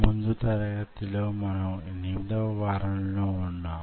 ముందు తరగతిలో మనము 8 వ వారములో ఉన్నాం